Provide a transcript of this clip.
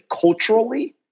culturally